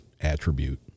attribute